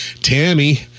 Tammy